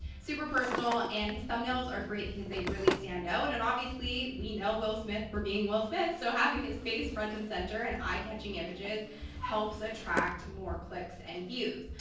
super personal and his thumbnails are great because they really stand out. and, obviously, we know will smith for being will smith, so having his face front and center in eye-catching images helps attract more clicks and views.